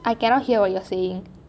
I cannot hear what you're saying